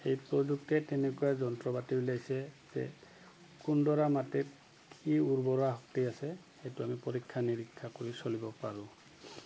সেই প্ৰযুক্তিয়ে তেনেকুৱা যন্ত্ৰ পাতি উলিয়াইছে যে কোনদৰা মাটিত কি উৰ্বৰা শক্তি আছে সেইটো আমি পৰীক্ষা নিৰীক্ষা কৰি চলিব পাৰোঁ